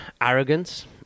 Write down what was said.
arrogance